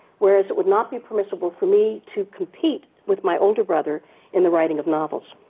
whereas it would not be permissible for me to compete with my older brother in the writing of novels.